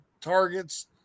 targets